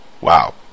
Wow